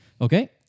Okay